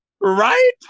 Right